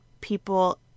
people